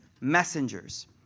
messengers